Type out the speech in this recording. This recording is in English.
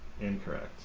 incorrect